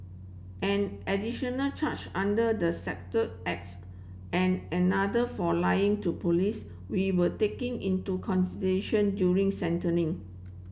an additional charge under the Sector Acts and another for lying to police we were taken into consideration during sentencing